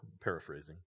paraphrasing